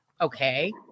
okay